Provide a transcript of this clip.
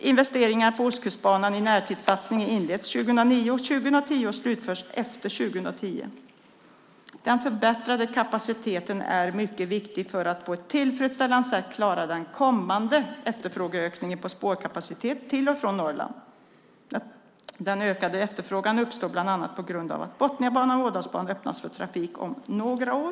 Investeringarna på Ostkustbanan i närtidssatsningen inleds 2009 och 2010 och slutförs efter 2010. Den förbättrade kapaciteten är mycket viktig för att på ett tillfredsställande sätt klara den kommande efterfrågeökningen på spårkapacitet till och från Norrland. Den ökade efterfrågan uppstår bland annat på grund av att Botniabanan och Ådalsbanan öppnas för trafik om några år.